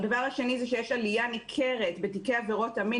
הדבר השני זה שיש עלייה ניכרת בתיקי עבירות המין